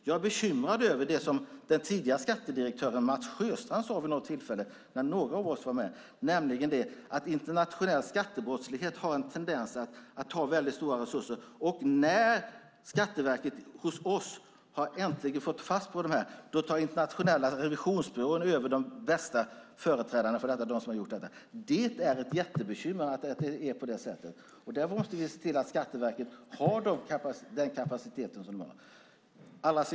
Jag är bekymrad över det som den tidigare skattedirektören Mats Sjöstrand sade vid något tillfälle när några av oss var med, nämligen att internationell skattebrottslighet har en tendens att ta väldigt stora resurser. När Skatteverket hos oss äntligen har fått fatt på de här brottslingarna tar den internationella revisionsbyrån över de värsta. Det är ett jättebekymmer att det är på det sättet. Där måste vi se till att Skatteverket har den kapacitet som man har.